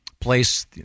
place